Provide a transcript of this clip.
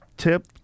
Tip